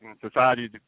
society